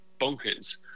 bonkers